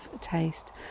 taste